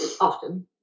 Often